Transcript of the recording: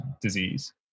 disease